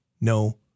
no